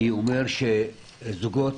זוגות